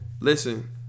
Listen